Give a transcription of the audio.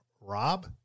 Rob